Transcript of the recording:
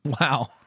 Wow